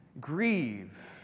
grieve